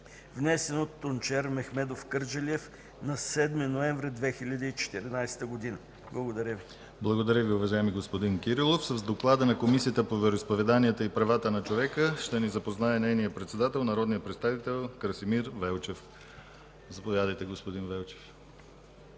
внесен от Тунчер Мехмедов Кърджалиев на 7 ноември 2014 г.” Благодаря. ПРЕДСЕДАТЕЛ ДИМИТЪР ГЛАВЧЕВ: Благодаря Ви, уважаеми господин Кирилов. С доклада на Комисията по вероизповеданията и правата на човека ще ни запознае нейният председател народният представител Красимир Велчев. Заповядайте, господин Велчев.